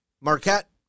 Marquette